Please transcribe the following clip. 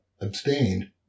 abstained